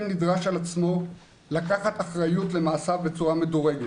לקחת על עצמו אחריות למעשיו בצורה מדורגת.